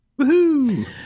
Woohoo